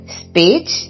speech